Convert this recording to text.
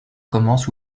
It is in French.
commence